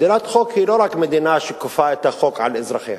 מדינת חוק היא לא רק מדינה שכופה את החוק על אזרחיה.